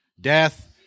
death